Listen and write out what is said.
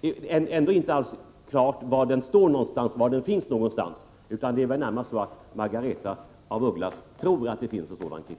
är det ändå inte klart varifrån denna kritik kommer, utan det är väl närmast så att Margaretha af Ugglas tror att det finns en sådan kritik.